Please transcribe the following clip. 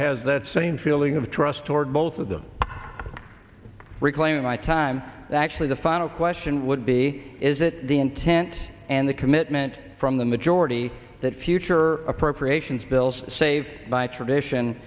has that same feeling of trust toward both of them reclaiming my time actually the final question would be is it the intent and the commitment from the majority that future appropriations bills save by tradition